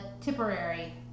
Tipperary